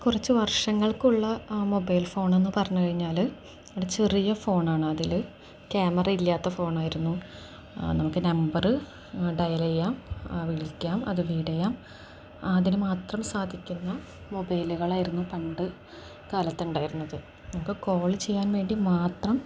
കുറച്ച് വർഷങ്ങൾക്കുള്ള mobile phone എന്ന് പറഞ്ഞു കഴിഞ്ഞാൽ അവിടെ ചെറിയ ഫോൺ ആണ് അതിൽ ക്യാമറ ഇല്ലാത്ത ഫോൺ ആയിരുന്നു നമുക്ക് നമ്പറ് ഡയൽ ചെയ്യാം ആ വിളിക്കാം അത് റീഡ് ചെയ്യാം അതിന് മാത്രം സാധിക്കുന്ന മൊബൈലുകളായിരുന്നു പണ്ട് കാലത്ത് ഉണ്ടായിരുന്നത് നമുക്ക് കോൾ ചെയ്യാൻ വേണ്ടി മാത്രം